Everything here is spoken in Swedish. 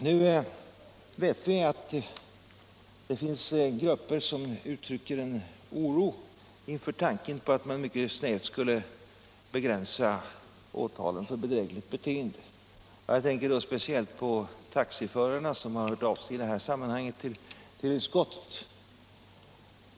Nu vet vi att det finns grupper som uttrycker en oro inför tanken på att man mycket snävt skulle begränsa åtalen för bedrägligt beteende. Jag tänker då speciellt på taxiförarna, som har hört av sig i det här sammanhanget till utskottet.